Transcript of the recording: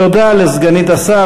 תודה לסגנית השר.